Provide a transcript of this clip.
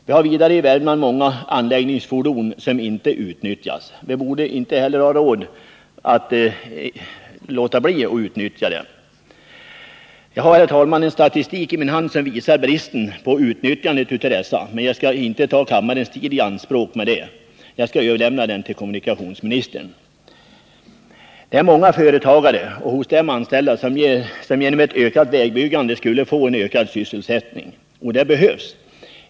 Vi har vidare i Värmland många anläggningsfordon som inte utnyttjas. Vi borde heller inte ha råd att låta bli att utnyttja dessa. Jag har, herr talman, en statistik i min hand som visar det dåliga utnyttjandet av dessa fordon, men jag skall inte ta kammarens tid i anspråk med att läsa upp den. Jag skall överlämna statistiken till kommunikationsministern. Det är många företagare och hos dem anställda som genom ett ökat vägbyggande skulle få ökad sysselsättning. Det behövs.